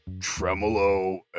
Tremolo